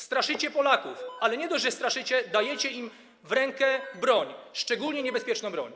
Straszycie Polaków, ale nie dość, że ich straszycie - dajecie im do ręki broń, szczególnie niebezpieczną broń.